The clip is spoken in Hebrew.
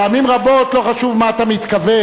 פעמים רבות לא חשוב מה אתה מתכוון,